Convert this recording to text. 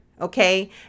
okay